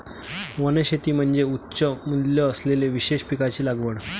वनशेती म्हणजे उच्च मूल्य असलेल्या विशेष पिकांची लागवड